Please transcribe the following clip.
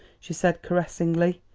she said caressingly.